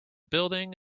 building